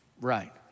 right